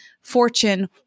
fortune